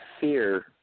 fear